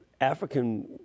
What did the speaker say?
African